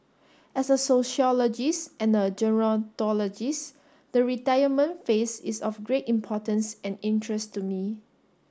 as a sociologist and a gerontologist the retirement phase is of great importance and interest to me